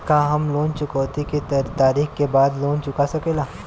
का हम लोन चुकौती के तारीख के बाद लोन चूका सकेला?